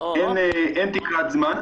אין תקרת זמן,